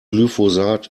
glyphosat